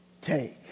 Take